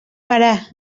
berà